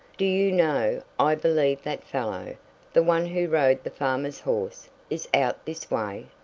do you know i believe that fellow the one who rode the farmer's horse is out this way?